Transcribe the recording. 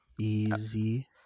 Easy